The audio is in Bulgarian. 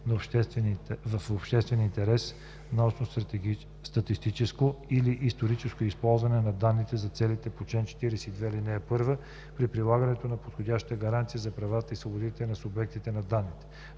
в обществен интерес, научно, статистическо или историческо използване на данните за целите по чл. 42, ал. 1 при прилагането на подходящи гаранции за правата и свободите на субекта на данните.